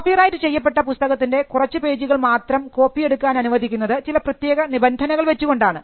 copyright ചെയ്യപ്പെട്ട പുസ്തകത്തിൻറെ കുറച്ചു പേജുകൾ മാത്രം കോപ്പിയെടുക്കാൻ അനുവദിക്കുന്നത് ചില പ്രത്യേക നിബന്ധനകൾ വച്ചുകൊണ്ടാണ്